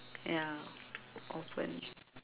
ya open